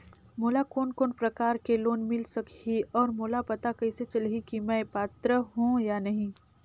मोला कोन कोन प्रकार के लोन मिल सकही और मोला पता कइसे चलही की मैं पात्र हों या नहीं?